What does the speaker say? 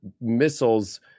missiles